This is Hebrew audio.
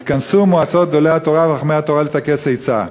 יתכנסו מועצות גדולי התורה וחכמי התורה לטכס עצה,